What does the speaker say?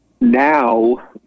now